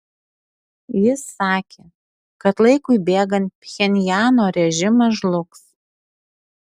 jis sakė kad laikui bėgant pchenjano režimas žlugs